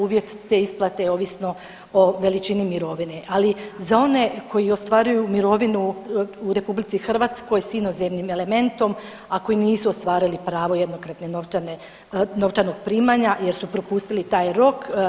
Uvjet te isplate je ovisno o veličini mirovine, ali za one koji ostvaruju mirovinu u RH s inozemnim elementom a koji nisu ostvarili pravo jednokratne novčane, novčanog primanja jer su propustili taj rok.